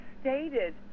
stated